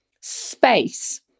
space